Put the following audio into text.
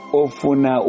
ofuna